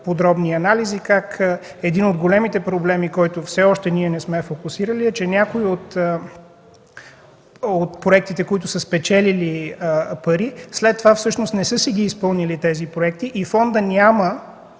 подробни анализи как един от големите проблеми, който все още не сме фокусирали, е, че някои от проектите, които са спечелили пари, след това не са изпълнили тези проекти и по закон